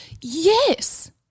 Yes